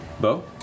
Bo